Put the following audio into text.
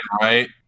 right